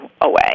away